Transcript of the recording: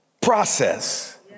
process